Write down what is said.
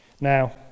Now